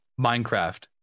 Minecraft